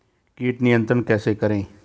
कीट नियंत्रण कैसे करें?